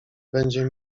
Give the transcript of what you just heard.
będzie